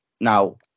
now